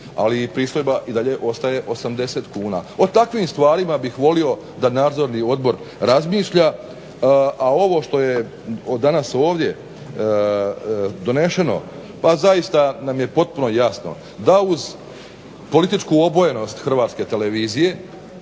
ali pristojba i dalje ostaje 80 kuna. O takvim stvarima bih volio da Nadzorni odbor razmišlja. A ovo što je danas ovdje doneseno, pa zaista nam je potpuno jasno da uz političku obojenost HTV-a, uz pritiske